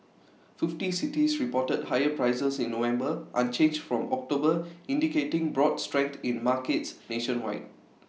fifty cities reported higher prices in November unchanged from October indicating broad strength in markets nationwide